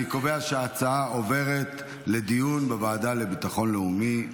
אני קובע שההצעה עוברת לדיון בוועדה לביטחון לאומי.